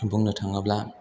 बुंनो थाङोब्ला